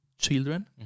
children